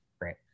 Great